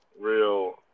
Real